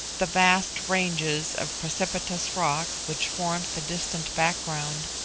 the vast ranges of precipitous rock which formed the distant background,